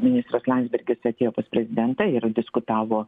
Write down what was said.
ministras landsbergis atėjo pas prezidentą ir diskutavo